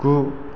गु